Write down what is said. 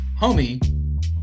homie